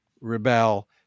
rebel